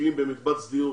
שמשקיעים במקבץ דיור